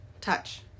touch